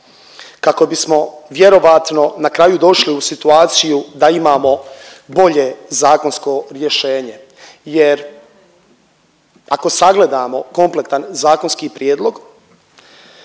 kako bismo vjerovatno na kraju došli u situaciju da imamo bolje zakonsko rješenje jer ako sagledamo kompletan zakonski prijedlog,